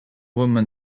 woman